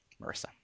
Marissa